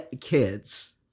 kids